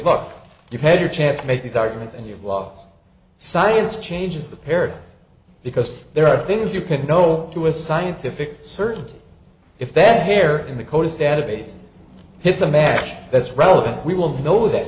look you've had your chance to make these arguments and you've lost science changes the parent because there are things you can know to a scientific certainty if that hair in the coldest database has a match that's relevant we will know that